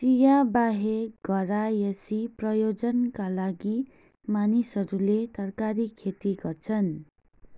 चिया बाहेक घरायसी प्रयोजनका लागि मानिसहरूले तरकारी खेती गर्छन्